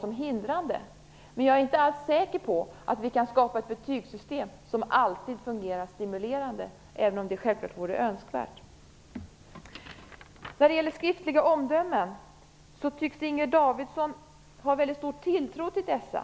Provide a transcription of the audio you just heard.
som hindrande. Men jag är inte alls säker på att vi kan skapa ett betygssystem som alltid fungerar stimulerande, även om det självfallet vore önskvärt. När det gäller skriftliga omdömen tycks Inger Davidson ha en väldigt stor tilltro till dessa.